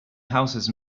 houses